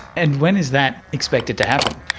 and when is that expected to happen?